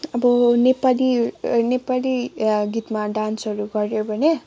अब नेपाली नेपाली गीतमा डान्सहरू गर्यो भने